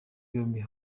yombi